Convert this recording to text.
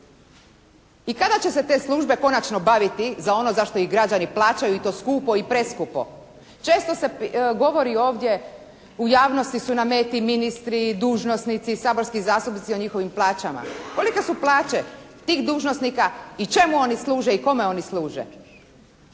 I kada će se te službe konačno baviti za ono za što ih građani plaćaju i to skupo i preskupo? Često se govori ovdje: «U javnosti su na meti ministri, dužnosnici, saborski zastupnici i o njihovim plaćama». Kolike su plaće tih dužnosnika i čemu oni služe i kome oni služe?